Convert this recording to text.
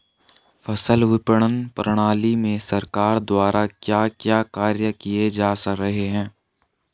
फसल विपणन प्रणाली में सरकार द्वारा क्या क्या कार्य किए जा रहे हैं?